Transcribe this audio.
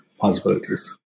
possibilities